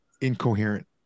incoherent